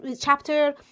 chapter